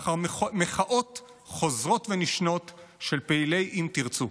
לאחר מחאות חוזרות ונשנות של פעילי אם תרצו.